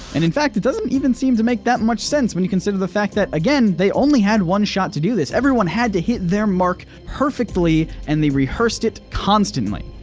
and in fact, it doesn't even seem to make that much sense when you consider the fact that again, they only had one shot to do this. everyone had to hit their mark perfectly and they rehearsed it constantly.